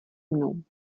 mnou